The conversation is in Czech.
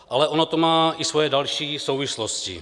Ale ono to má i svoje další souvislosti.